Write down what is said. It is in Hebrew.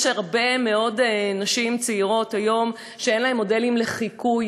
יש הרבה מאוד נשים צעירות היום שאין להן מודלים לחיקוי,